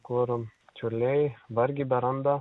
kur čiurliai vargiai beranda